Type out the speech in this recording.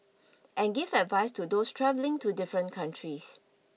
and give advice to those travelling to different countries